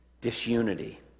disunity